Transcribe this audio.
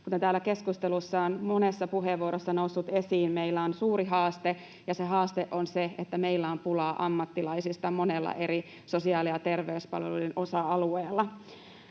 Kuten täällä keskustelussa on monessa puheenvuorossa noussut esiin, meillä on suuri haaste, ja se haaste on se, että meillä on pulaa ammattilaisista monella eri sosiaali- ja terveyspalveluiden osa-alueella.